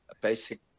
basic